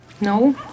No